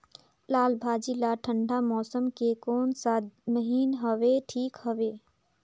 लालभाजी ला ठंडा मौसम के कोन सा महीन हवे ठीक हवे?